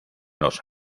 los